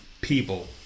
people